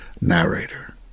narrator